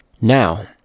now